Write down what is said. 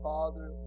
Father